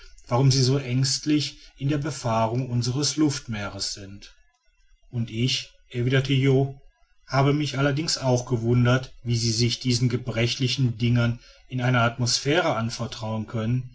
warum sie so ängstlich in der befahrung unsres luftmeers sind und ich erwiderte jo habe mich allerdings auch gewundert wie sie sich diesen gebrechlichen dingern in einer atmosphäre anvertrauen können